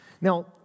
Now